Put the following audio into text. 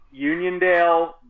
Uniondale